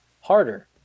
harder